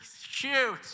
Shoot